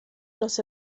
los